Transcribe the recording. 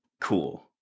cool